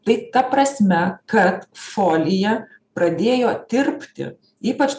tai ta prasme kad folija pradėjo tirpti ypač